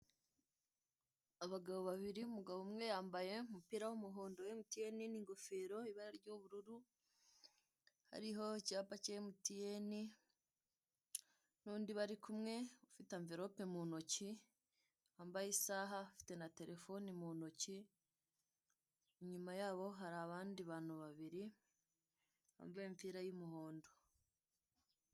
Abagabo babiri umugabo umwe yambaye umupira w'umuhondo wa MTN n'ingofero y'ibara ry'ubururu hariho icyapa cya MTN, n'undi bari kumwe ufite amvelope mu ntoki wambaye isaha, ufite na telefone mu ntoki inyuma yabo hari abandi bantu babiri bambaye imipira y'umuhondo.